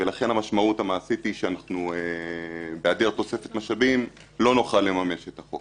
לכן המשמעות המעשית היא שבהיעדר תוספת משאבים לא נוכל לממש את החוק.